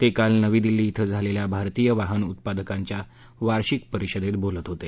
ते काल नवी दिल्ली इथं झालेल्या भारतीय वाहन उत्पादकांच्या वार्षिक परिषदेत बोलत होते